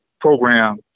program